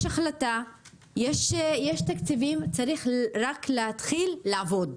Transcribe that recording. יש החלטה, יש תקציבים, צריך רק להתחיל לעבוד.